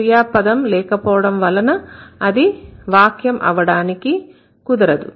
క్రియా పదం అనేది లేకపోవడం వలన అది వాక్యం అవడానికి కుదరదు